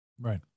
Right